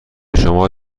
شما